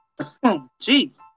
Jeez